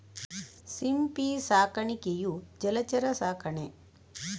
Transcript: ಸಿಂಪಿ ಸಾಕಾಣಿಕೆಯು ಜಲಚರ ಸಾಕಣೆ